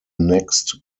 next